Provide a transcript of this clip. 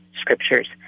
Scriptures